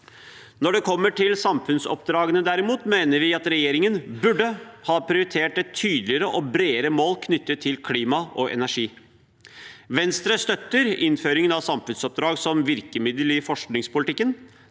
Når det derimot gjelder samfunnsoppdragene, mener vi at regjeringen burde ha prioritert et tydeligere og bredere mål knyttet til klima og energi. Venstre støtter innføringen av samfunnsoppdrag som virkemiddel i forskningspolitikken,